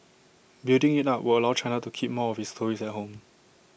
building IT up would allow China to keep more of its tourists at home